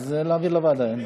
אז להעביר לוועדה.